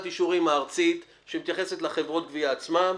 האישורים הארצית שמתייחסת לחברות הגבייה עצמן,